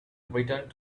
returned